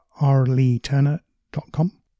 rleeturner.com